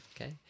Okay